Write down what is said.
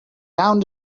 down